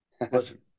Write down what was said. listen